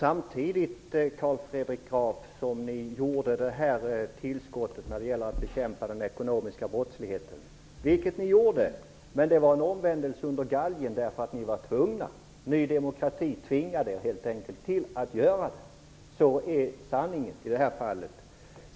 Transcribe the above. Herr talman! Ert tillskott när det gällde att bekämpa den ekonomiska brottsligheten var en omvändelse under galgen. Ny demokrati tvingade er helt enkelt till att göra detta tillskott. Så är sanningen.